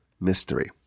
mystery